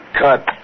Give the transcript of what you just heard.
Cut